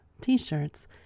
t-shirts